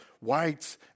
whites